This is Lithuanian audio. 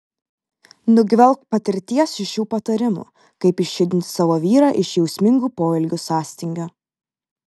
nugvelbk patirties iš šių patarimų kaip išjudinti savo vyrą iš jausmingų poelgių sąstingio